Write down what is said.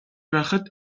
байхад